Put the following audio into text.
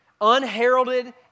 unheralded